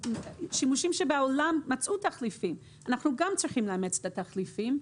שימושים שבעולם מצאו להם תחליפים אנחנו גם צריכים לאמץ את התחליפים,